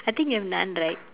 I think you have none right